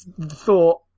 thought